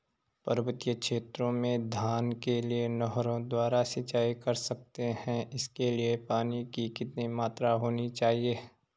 पर्वतीय क्षेत्रों में धान के लिए नहरों द्वारा सिंचाई कर सकते हैं इसके लिए पानी की कितनी मात्रा होनी चाहिए?